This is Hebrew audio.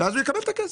אז הוא יקבל את הכסף.